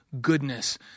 goodness